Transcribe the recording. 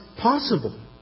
possible